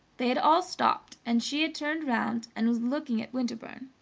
they had all stopped, and she had turned round and was looking at winterbourne.